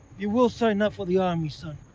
you will sign up for the army, son.